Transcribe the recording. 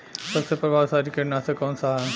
सबसे प्रभावशाली कीटनाशक कउन सा ह?